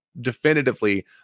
definitively